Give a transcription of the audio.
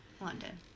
London